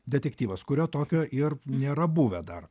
detektyvas kurio tokio ir nėra buvę dar